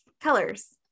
colors